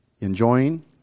Enjoying